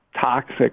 toxic